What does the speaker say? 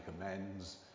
amends